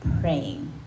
praying